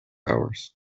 hours